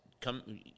come